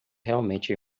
realmente